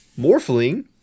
morphling